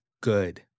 good